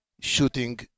shooting